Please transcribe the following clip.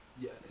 Yes